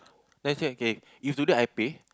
let's say okay if today I pay